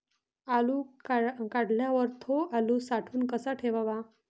आलू काढल्यावर थो आलू साठवून कसा ठेवाव?